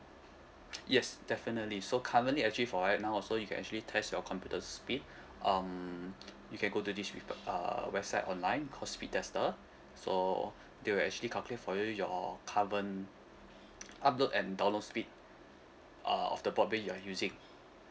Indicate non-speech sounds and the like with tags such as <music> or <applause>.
yes definitely so currently actually for right now also you can actually test your computer speed <breath> um you can go to this people uh website online called speed tester so they will actually calculate for you your current upload and download speed uh of the broadband you are using